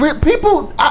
People